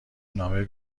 نامه